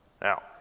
Now